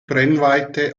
brennweite